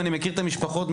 אני מכיר את המשפחות,